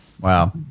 Wow